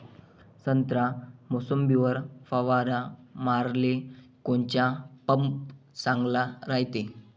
संत्रा, मोसंबीवर फवारा माराले कोनचा पंप चांगला रायते?